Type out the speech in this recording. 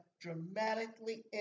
dramatically